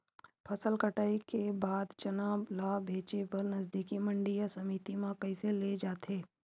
फसल कटाई के बाद चना ला बेचे बर नजदीकी मंडी या समिति मा कइसे ले जाथे?